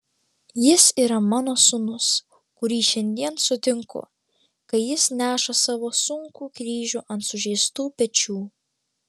jis yra mano sūnus kurį šiandien sutinku kai jis neša savo sunkų kryžių ant sužeistų pečių